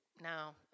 Now